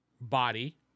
body